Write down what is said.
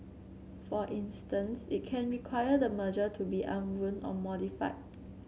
for instance it can require the merger to be unwound or modified